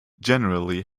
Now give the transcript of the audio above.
generally